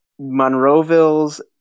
Monroeville's